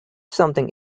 something